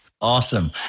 Awesome